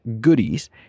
goodies